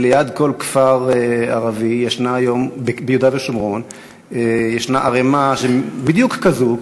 ליד כל כפר ערבי ביהודה ושומרון ישנה היום ערמה בדיוק כזאת,